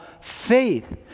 faith